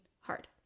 hard